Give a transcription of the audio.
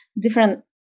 different